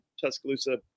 Tuscaloosa